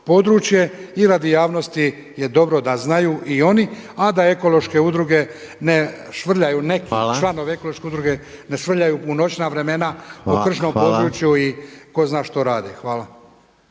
I radi javnosti je dobro da znaju i oni a da ekološke udruge ne švrljaju, neki članovi ekološke udruge ne švrljaju u noćna vremena u kršnom području i tko zna što rade. Hvala.